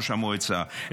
ראש המועצה,